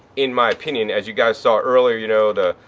in my opinion, as you guys saw earlier, you know, the,